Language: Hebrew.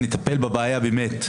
שנטפל באמת בבעיה.